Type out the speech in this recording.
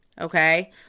Okay